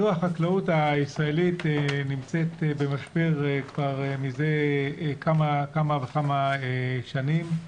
החקלאות ה ישראלית נמצאת במשבר כבר מזה כמה וכמה שנים,